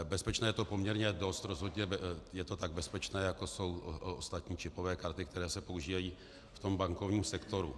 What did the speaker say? Bezpečné je to poměrně dost, rozhodně je to tak bezpečné, jako jsou ostatní čipové karty, které se používají v bankovním sektoru.